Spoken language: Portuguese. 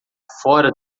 fora